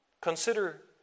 consider